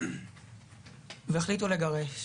והחליטו לגרש.